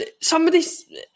somebody's